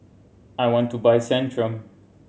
I want to buy Centrum